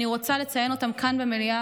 אני רוצה לציין אותם כאן במליאה,